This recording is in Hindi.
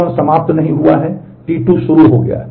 T1 समाप्त नहीं हुआ है T2 शुरू हो गया है